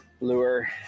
lure